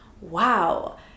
wow